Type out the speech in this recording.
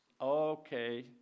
Okay